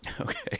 Okay